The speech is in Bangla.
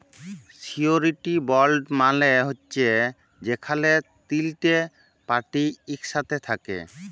সিওরিটি বল্ড মালে হছে যেখালে তিলটে পার্টি ইকসাথে থ্যাকে